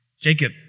Jacob